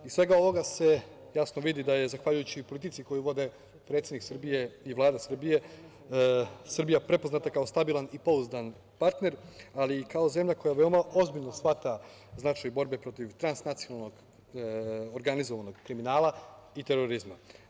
Iz svega ovoga se jasno vidi da je zahvaljujući politici koju vode predsednik Srbije i Vlada Srbije, Srbija prepoznat kao stabilan i pouzdan partner, ali i kao zemlja koja veoma ozbiljno shvata značaj borbe protiv transnacionalnog organizovanog kriminala i terorizma.